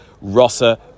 Rossa